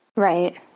Right